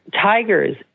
tigers